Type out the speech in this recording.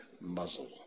muzzle